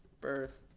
Birth